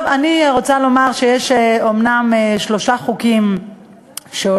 טוב, אני רוצה לומר שיש אומנם שלושה חוקים שעולים